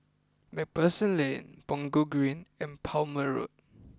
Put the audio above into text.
MacPherson Lane Punggol Green and Plumer Road